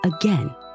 again